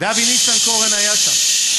ואבי ניסנקורן היה שם.